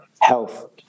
health